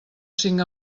cinc